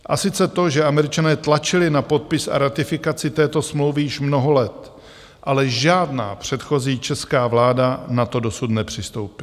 A sice to, že Američané tlačili na podpis a ratifikaci této smlouvy již mnoho let, ale žádná předchozí česká vláda na to dosud nepřistoupila.